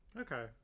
okay